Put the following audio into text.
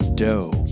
dough